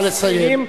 נא לסיים.